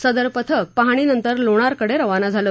सदर पथक पाहणीनंतर लोणारकडे रवाना झाले